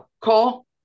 call